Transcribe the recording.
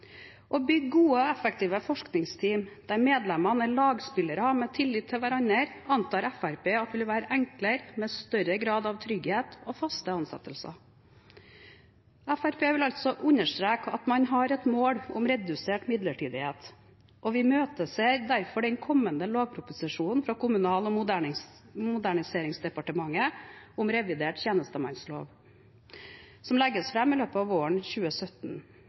Å bygge gode og effektive forskningsteam der medlemmene er lagspillere med tillit til hverandre, antar Fremskrittspartiet vil være enklere med større grad av trygghet og faste ansettelser. Fremskrittspartiet vil altså understreke at man har et mål om redusert midlertidighet. Vi imøteser derfor den kommende lovproposisjonen fra Kommunal- og moderniseringsdepartementet om revidert tjenestemannslov, som legges fram i løpet av våren 2017,